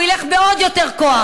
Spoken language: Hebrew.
הוא ילך בעוד יותר כוח.